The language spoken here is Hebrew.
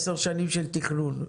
עשר שנים של תכנון,